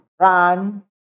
run